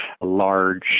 Large